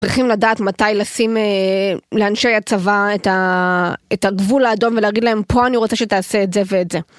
צריכים לדעת מתי לשים לאנשי הצבא את הגבול האדום ולהגיד להם פה אני רוצה שתעשה את זה ואת זה.